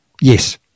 Yes